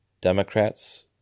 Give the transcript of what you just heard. Democrats